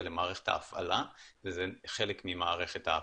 למערכת הפעלה וזה חלק ממערכת ההפעלה.